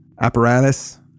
apparatus